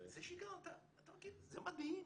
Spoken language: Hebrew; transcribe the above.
זה מדהים.